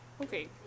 okay